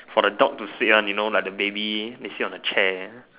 for the dog to sit on you know like the baby they sit on the chair